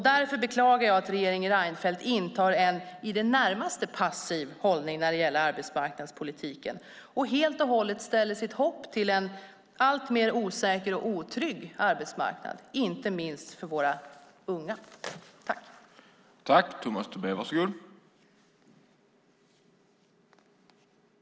Därför beklagar jag att regeringen Reinfeldt intar en i det närmaste passiv hållning när det gäller arbetsmarknadspolitiken och helt och hållet ställer sitt hopp till en allt mer osäker och otrygg arbetsmarknad, inte minst för våra unga.